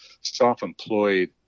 self-employed